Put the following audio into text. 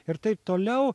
ir taip toliau